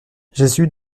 jésus